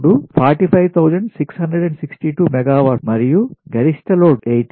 662 మెగావాట్లు మరియు గరిష్ట లోడ్ 80